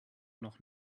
noch